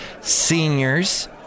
seniors